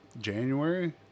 January